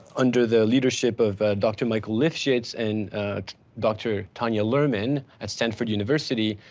under the leadership of dr. mike lifshitz, and dr. tanya lerman at stanford university,